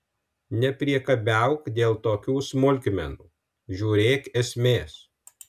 nepriekabiauk dėl tokių smulkmenų žiūrėk esmės